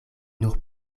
nur